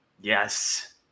Yes